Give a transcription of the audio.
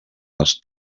les